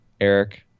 Eric